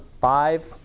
five